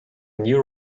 new